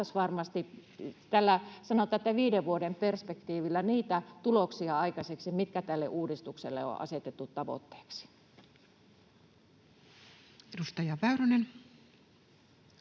sanotaan, että viiden vuoden perspektiivillä, niitä tuloksia aikaiseksi, mitkä tälle uudistukselle on asetettu tavoitteeksi. Edustaja Väyrynen.